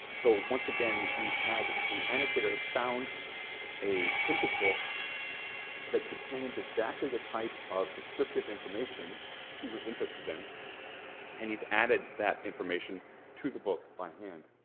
so once again we've had the annotators found a printed book that contains exactly the type of descriptive information he was interested in and he's added that information to the book by hand.